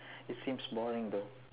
it seems boring though